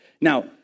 Now